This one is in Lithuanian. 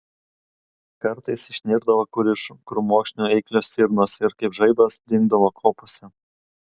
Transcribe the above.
kartais išnirdavo kur iš krūmokšnių eiklios stirnos ir kaip žaibas dingdavo kopose